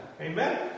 Amen